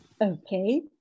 Okay